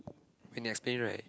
can explain right